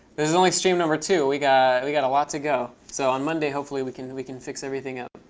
this is only stream number two. we got we got a lot to go. so on monday, hopefully, we can we can fix everything up.